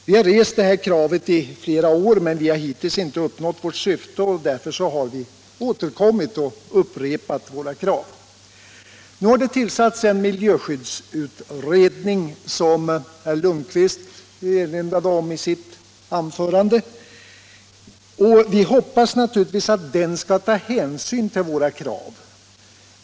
Vi har rest det kravet i flera år, men vi har hittills inte uppnått vårt syfte, och därför har vi återkommit och upprepat våra krav. Nu har det tillsatts en miljöskyddsutredning, som herr Lundkvist erinrade om i sitt anförande, och vi hoppas naturligtvis att den skall ta hänsyn till våra krav.